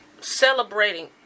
Celebrating